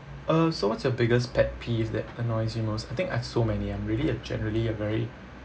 uh so what's your biggest pet peeve that annoys you most I think I've so many I'm really a generally a very